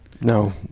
No